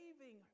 saving